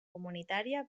comunitària